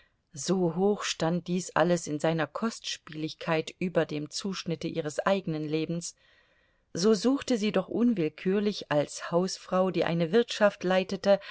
so hoch stand dies alles in seiner kostspieligkeit über dem zuschnitte ihres eigenen lebens so suchte sie doch unwillkürlich als hausfrau die eine wirtschaft leitete